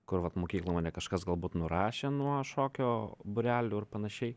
kur vat mokykloj mane kažkas galbūt nurašė nuo šokio būrelių ir panašiai